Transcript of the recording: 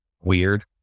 weird